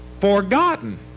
forgotten